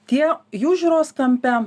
tie jų žiūros kampe